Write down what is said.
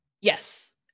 Yes